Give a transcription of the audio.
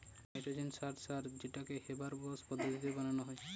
nitrogen সার সার যেটাকে হেবার বস পদ্ধতিতে বানানা হয়